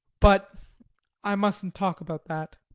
but i mustn't talk about that.